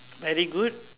very good